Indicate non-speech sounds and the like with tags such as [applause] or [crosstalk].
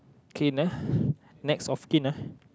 kin ah [breath] next of kin ah